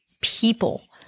people